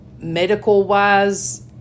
medical-wise